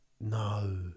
No